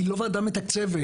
היא לא ועדה מתקצבת.